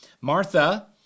Martha